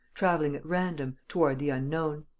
travelling at random, toward the unknown.